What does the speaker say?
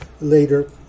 later